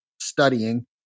studying